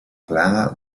plana